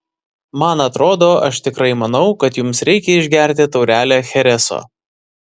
man atrodo aš tikrai manau kad jums reikia išgerti taurelę chereso